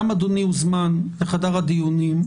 גם אדוני הוזמן לחדר הדיונים,